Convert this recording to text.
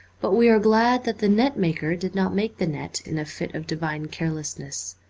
but we are glad that the net-maker did not make the net in a fit of divine carelessness.